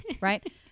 Right